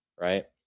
right